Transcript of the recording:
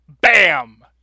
bam